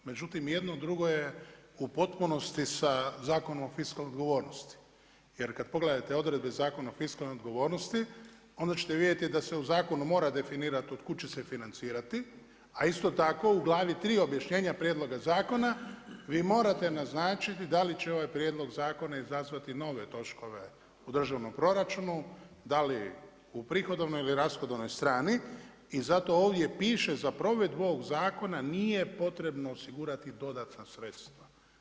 Međutim, jedno drugo je u potpunosti sa Zakonom o fiskalnoj odgovornosti jer kad pogledate Zakona o fiskalnoj odgovornosti, onda ćete vidjeti da se u zakonu mora definirati otkud će se financirati a isto tako, u glavi 3. objašnjenja prijedloga zakona vi morate naznačiti da li će ovaj prijedlog zakona izazvati nove troškove u državnom proračunu, dali u prihodovnoj ili rashodovnoj strani i zato ovdje piše za provedbu ovog zakona nije potrebno osigurati dodatna sredstva.